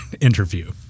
interview